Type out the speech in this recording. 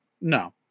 No